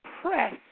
press